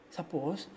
Suppose